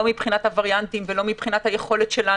לא מבחינת הווריאנטים ולא מבחינת היכולת שלנו.